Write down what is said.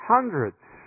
Hundreds